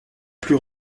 plus